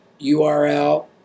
URL